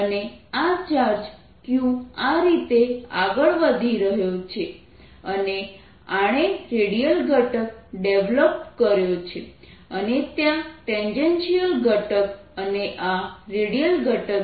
અને આ charge q આ રીતે આગળ વધી રહ્યો છે અને આણે રેડિયલ ઘટક ડેવલોપ કર્યો છે અને ત્યાં ટેન્જેન્શિયલ ઘટક અને આ રેડિયલ ઘટક છે